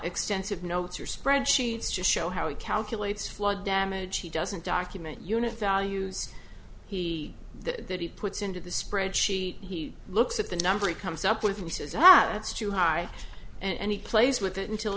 extensive notes or spreadsheets to show how it calculates flood damage he doesn't document unit values he that he puts into the spreadsheet he looks at the number it comes up with uses that it's too high and he plays with it until